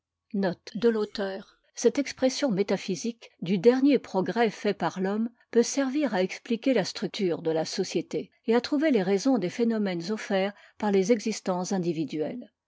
cette expression métaphysique du dernier progrès fait par l'homme peut servir à exphquer la structure de la société et à trouver les raisons des phénomènes offerts par les existences individuelles